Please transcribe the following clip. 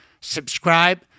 subscribe